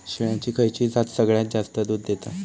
शेळ्यांची खयची जात सगळ्यात जास्त दूध देता?